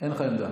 אין לך עמדה?